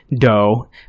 dough